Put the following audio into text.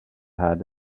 had